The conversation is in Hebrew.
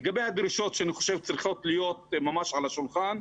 לגבי הדרישות שאני חושב שצריכות להיות ממש על השולחן.